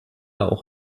auch